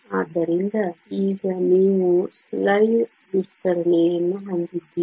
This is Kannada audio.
ಆದ್ದರಿಂದ ಈಗ ನೀವು ಸ್ಲೈಡ್ ವಿಸ್ತರಣೆಯನ್ನು ಹೊಂದಿದ್ದೀರಿ